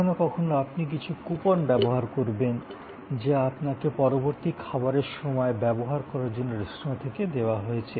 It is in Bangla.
কখনও কখনও আপনি কিছু কুপন ব্যবহার করবেন যা আপনাকে পরবর্তী খাবারের সময় ব্যবহার করার জন্য রেস্তোঁরা থেকে দেওয়া হয়েছে